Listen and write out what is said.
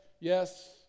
yes